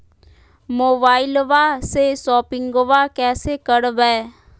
मोबाइलबा से शोपिंग्बा कैसे करबै?